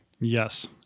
Yes